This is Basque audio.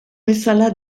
bezala